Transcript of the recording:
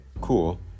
cool